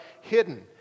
hidden